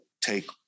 take